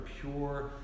pure